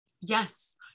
Yes